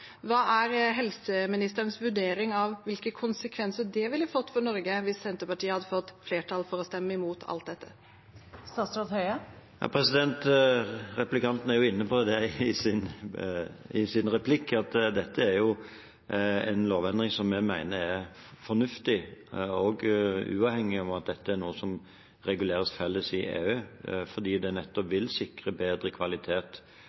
Hva er helseministerens vurdering av hvilke konsekvenser det ville fått for Norge hvis Senterpartiet hadde fått flertall for å stemme imot alt dette? Replikanten er i sin replikk inne på at dette er en lovendring som vi mener er fornuftig, også uavhengig av om dette er noe som reguleres felles i EU, nettopp fordi det vil sikre bedre kvalitet